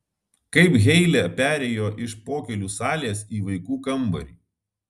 kaip heile perėjo iš pokylių salės į vaikų kambarį